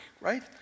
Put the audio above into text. right